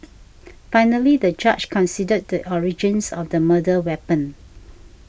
finally the judge considered the origins of the murder weapon